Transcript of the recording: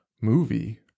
movie